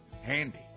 handy